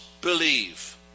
believe